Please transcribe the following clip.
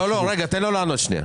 לא, רגע, תן לו לענות שנייה.